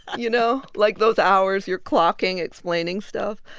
you know, like, those hours you're clocking, explaining stuff